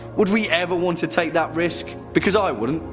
would we ever want to take that risk? because i wouldn't.